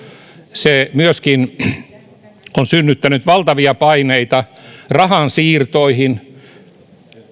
se on myöskin synnyttänyt valtavia paineita rahansiirtoihin